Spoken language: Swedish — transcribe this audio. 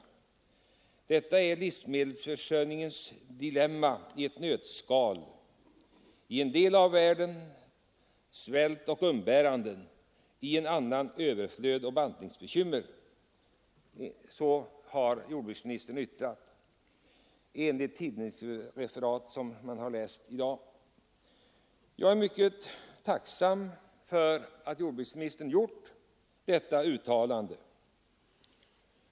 Detta är livsmedelsförsörjningens dilemma i ett nötskal — i en del av världen svält och umbäranden — i en annan, överflöd och bantningsbekymmer.” Jag är mycket tacksam för att jordbruksministern gjort detta uttalande.